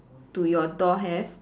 do your door have